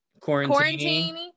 quarantine